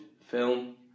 film